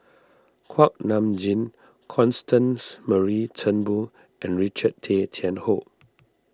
Kuak Nam Jin Constance Mary Turnbull and Richard Tay Tian Hoe